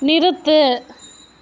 நிறுத்து